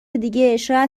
دیگه، شاید